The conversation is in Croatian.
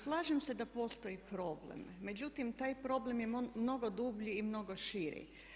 Slažem se da postoji problem, međutim taj problem je mnogo dublji i mnogo širi.